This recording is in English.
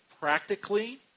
practically